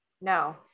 No